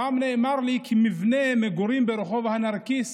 שם נאמר לי כי מבנה מגורים ברח' הנרקיס